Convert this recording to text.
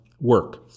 work